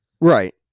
Right